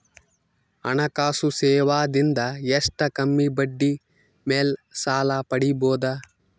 ಹಣಕಾಸು ಸೇವಾ ದಿಂದ ಎಷ್ಟ ಕಮ್ಮಿಬಡ್ಡಿ ಮೇಲ್ ಸಾಲ ಪಡಿಬೋದ?